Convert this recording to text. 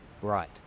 bright